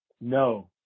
no